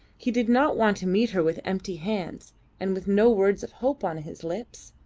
he did not want to meet her with empty hands and with no words of hope on his lips.